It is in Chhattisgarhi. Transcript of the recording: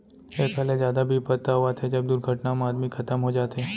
एकर ले जादा बिपत तव आथे जब दुरघटना म आदमी खतम हो जाथे